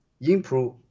improve